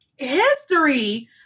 history